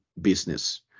business